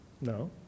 No